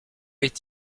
est